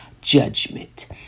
judgment